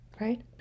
right